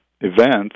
events